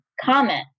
comment